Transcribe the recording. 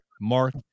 Mark